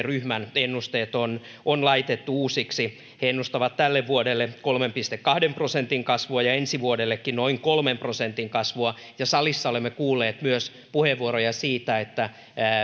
ryhmän ennusteet on on laitettu uusiksi he ennustavat tälle vuodelle kolmen pilkku kahden prosentin kasvua ja ensi vuodellekin noin kolmen prosentin kasvua salissa olemme kuulleet puheenvuoroja myös siitä että